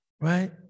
right